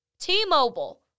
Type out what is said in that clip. T-Mobile